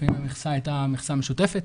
לפעמים המכסה הייתה מכסה משותפת,